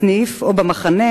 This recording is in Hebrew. בסניף או במחנה,